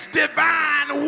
divine